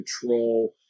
control